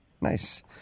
Nice